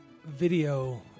Video